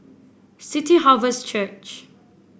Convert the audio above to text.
City Harvest Church